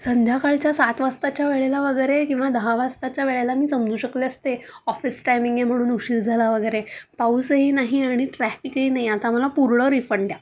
संध्याकाळच्या सात वाजताच्या वेळेला वगैरे किंवा दहा वाजताच्या वेळेला मी समजू शकले असते ऑफिस टायमिंग आहे म्हणून उशीर झाला वगैरे पाऊसही नाही आणि ट्रॅफिकही नाही आता मला पूर्ण रिफंड द्या